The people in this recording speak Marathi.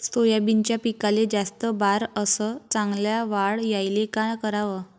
सोयाबीनच्या पिकाले जास्त बार अस चांगल्या वाढ यायले का कराव?